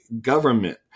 government